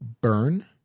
burn